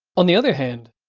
on the other hand,